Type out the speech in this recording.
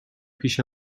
پیش